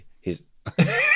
he's-